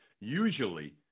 usually –